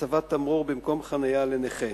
96) (הצבת תמרור במקום חנייה לנכה).